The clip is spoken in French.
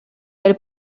elle